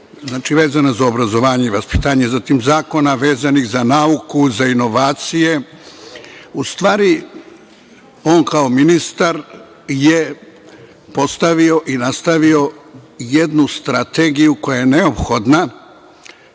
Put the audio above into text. vezano za vaspitanje i obrazovanje, zatim imamo zakone vezane za nauku, za inovacije.U stvari, on kao ministar je postavio i nastavio jednu strategiju koja je neophodna